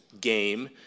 game